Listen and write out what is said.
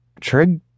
Trig